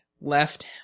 left